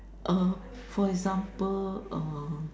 uh for example uh